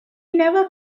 never